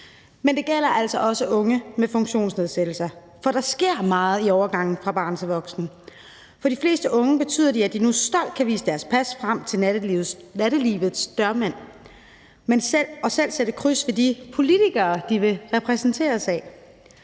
og det gælder altså også unge med funktionsnedsættelser, for der sker meget i overgangen fra barn til voksen. For de fleste unge betyder det, at de nu stolt kan vise deres pas frem til nattelivets dørmænd og selv sætte kryds ved de politikere, de vil repræsenteres af.